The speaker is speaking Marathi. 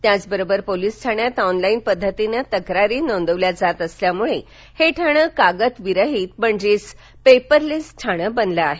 त्याचबरोबर पोलीस ठाण्यात ऑनलाईन पद्धतीनं तक्रारी नोंदवल्या जात असल्यामुळे हे ठाणं कागदविरहित ठाणं पेपरलेस बनलं आहे